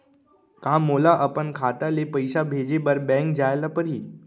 का मोला अपन खाता ले पइसा भेजे बर बैंक जाय ल परही?